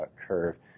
curve